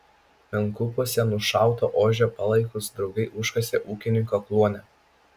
menkupiuose nušauto ožio palaikus draugai užkasė ūkininko kluone